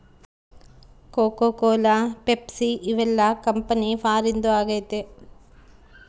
cocoa Cola Pepsi ಇವೆಲ್ಲ company ಫಾರಿನ್ದು ಆಗೈತೆ